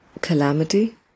calamity